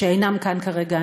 שאינם כאן כרגע,